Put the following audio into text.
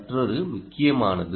மற்றொரு முக்கியமானது